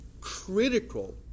critical